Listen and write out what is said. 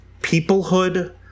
peoplehood